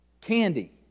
Candy